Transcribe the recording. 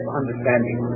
understanding